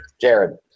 Jared